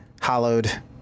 hollowed